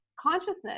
consciousness